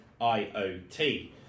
iot